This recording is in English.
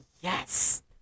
yes